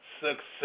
success